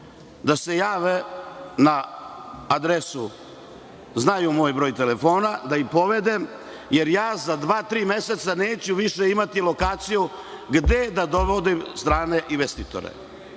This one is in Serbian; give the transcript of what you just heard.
da se jave na adresu, znaju i moj broj telefona, da ih povedem. Za dva-tri meseca neću više imati lokaciju gde da dovodim strane investitore.